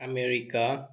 America